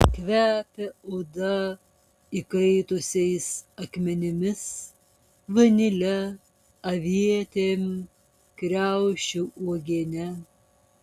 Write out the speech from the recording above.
kvepia oda įkaitusiais akmenimis vanile avietėm kriaušių uogiene